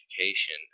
education